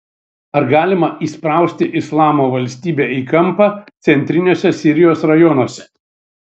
ar galima įsprausti islamo valstybę į kampą centriniuose sirijos rajonuose